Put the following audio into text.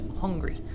hungry